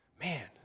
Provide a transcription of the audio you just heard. man